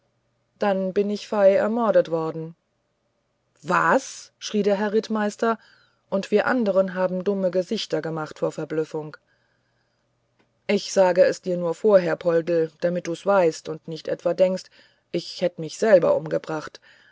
dann bin ich fei ermordet worden was schrie der herr rittmeister und wir anderen haben dumme gesichter gemacht vor verblüffung ich sag es dir nur vorher poldl damit du's weißt und nicht etwa denkst ich hätt mich selber umgebracht